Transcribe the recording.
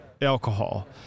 alcohol